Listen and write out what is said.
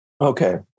Okay